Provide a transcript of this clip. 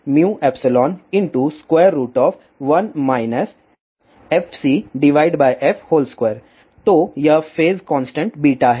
तो यह phase constant β है